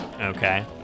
okay